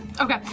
Okay